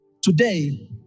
Today